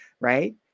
right